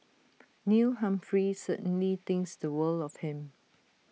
Neil Humphrey certainly thinks the world of him